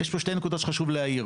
יש פה שתי נקודות שחשוב להעיר.